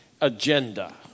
Agenda